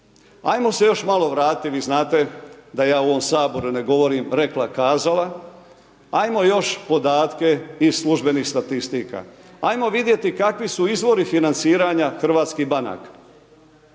Ajmo se još malo vratiti, vi znate da ja u ovom Saboru ne govorim rekla kazala, ajmo još podatke iz službenih statistika. Ajmo vidjeti kakvi su izvori financiranja hrvatskih banka.